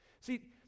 See